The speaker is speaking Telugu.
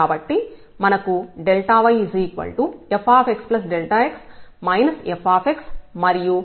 కాబట్టి మనకు yfxx f మరియు dyfxdx ఉన్నాయి